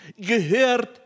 gehört